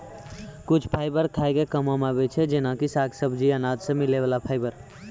कुछ फाइबर खाय के कामों मॅ आबै छै जेना कि साग, सब्जी, अनाज सॅ मिलै वाला फाइबर